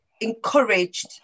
encouraged